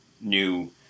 new